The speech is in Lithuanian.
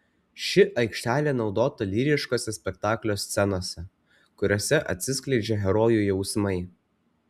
ši aikštelė naudota lyriškose spektaklio scenose kuriose atsiskleidžia herojų jausmai